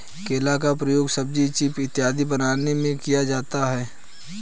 केला का प्रयोग सब्जी चीफ इत्यादि बनाने में किया जाता है